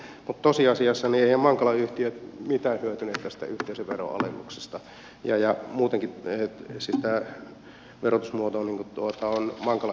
mutta tosiasiassa eiväthän mankala yhtiöt mitään hyötyneet tästä yhteisöveron alennuksesta ja muutenkin siis tämä verotusmuoto on mankala yhtiöille täysin kohtuuton